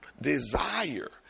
desire